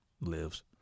lives